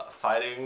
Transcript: fighting